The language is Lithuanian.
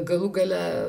galų gale